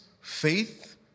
faith